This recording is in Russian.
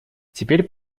теперь